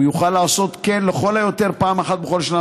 הוא יוכל לעשות כן לכל היותר פעם אחת בכל 12